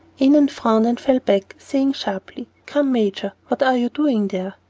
annon frowned and fell back, saying sharply, come, major, what are you doing there?